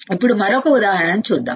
ఇప్పుడు మరొక ఉదాహరణను చూద్దాం